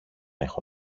έχω